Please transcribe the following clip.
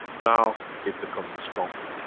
now it becomes stronger.